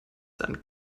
seinen